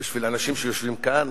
בשביל אנשים שיושבים כאן